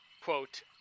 quote